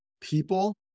people